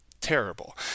terrible